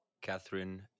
Catherine